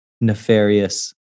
nefarious